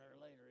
later